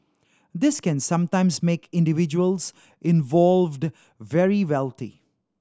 this can sometimes make individuals involved very wealthy